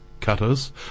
cutters